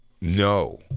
No